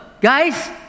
Guys